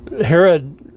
Herod